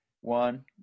one